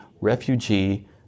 refugee